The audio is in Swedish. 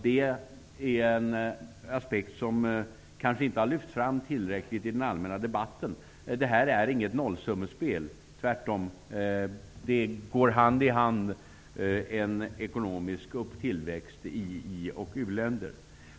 Det är en aspekt som kanske inte har lyfts fram tillräckligt i den allmänna debatten. Det här är inget nollsummespel -- tvärtom. Det går hand i hand med en ekonomisk tillväxt i u-länderna.